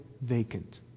vacant